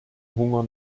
hunger